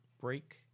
break